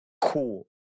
cool